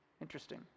Interesting